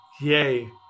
Yay